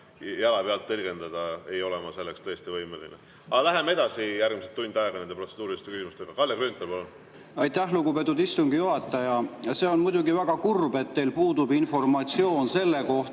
jalapealt tõlgendada, ei ole ma tõesti võimeline. Aga läheme nüüd järgmised tund aega edasi protseduuriliste küsimustega. Kalle Grünthal, palun! Aitäh, lugupeetud istungi juhataja! See on muidugi väga kurb, et teil puudub informatsioon selle kohta,